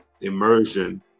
immersion